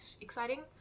exciting